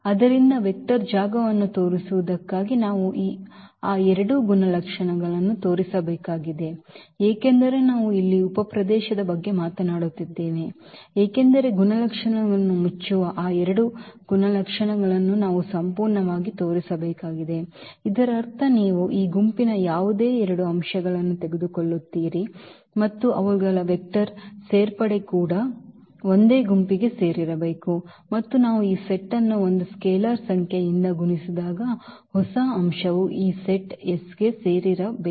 ಆದ್ದರಿಂದ ವೆಕ್ಟರ್ ಜಾಗವನ್ನು ತೋರಿಸುವುದಕ್ಕಾಗಿ ನಾವು ಆ ಎರಡು ಗುಣಲಕ್ಷಣಗಳನ್ನು ತೋರಿಸಬೇಕಾಗಿದೆ ಏಕೆಂದರೆ ನಾವು ಇಲ್ಲಿ ಉಪಪ್ರದೇಶದ ಬಗ್ಗೆ ಮಾತನಾಡುತ್ತಿದ್ದೇವೆ ಏಕೆಂದರೆ ಗುಣಲಕ್ಷಣಗಳನ್ನು ಮುಚ್ಚುವ ಆ ಎರಡು ಗುಣಲಕ್ಷಣಗಳನ್ನು ನಾವು ಸಂಪೂರ್ಣವಾಗಿ ತೋರಿಸಬೇಕಾಗಿದೆ ಇದರರ್ಥ ನೀವು ಈ ಗುಂಪಿನ ಯಾವುದೇ ಎರಡು ಅಂಶಗಳನ್ನು ತೆಗೆದುಕೊಳ್ಳುತ್ತೀರಿ ಮತ್ತು ಅವುಗಳ ವೆಕ್ಟರ್ ಸೇರ್ಪಡೆ ಕೂಡ ಒಂದೇ ಗುಂಪಿಗೆ ಸೇರಿರಬೇಕು ಮತ್ತು ನಾವು ಈ ಸೆಟ್ ಅನ್ನು ಒಂದು ಸ್ಕೇಲಾರ್ ಸಂಖ್ಯೆಯಿಂದ ಗುಣಿಸಿದಾಗ ಹೊಸ ಅಂಶವು ಈ ಸೆಟ್ S ಗೆ ಸೇರಿರಬೇಕು